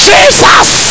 Jesus